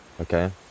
okay